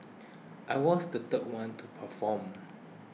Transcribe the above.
I was the third one to perform